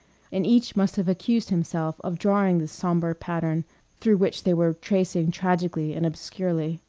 and each must have accused himself of drawing this sombre pattern through which they were tracing tragically and obscurely.